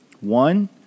One